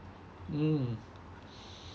mm